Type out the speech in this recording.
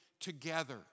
together